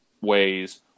ways